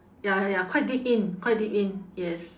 ya ya ya quite deep in quite deep in yes